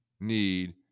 need